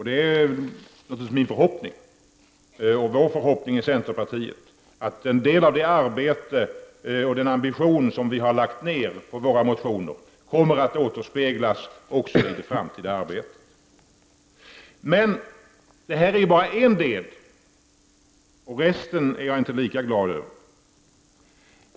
Det är naturligtvis min och centerpartiets förhoppning att en del av det ambitiösa arbete som vi har lagt ner i våra motioner kommer att återspeglas också i det framtida arbetet. Men detta är bara en del. Resten är jag inte lika glad över.